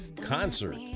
concert